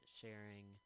sharing